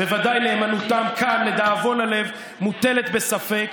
בוודאי נאמנותם כאן, לדאבון הלב, מוטלת בספק.